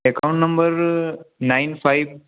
account number nine five